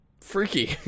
freaky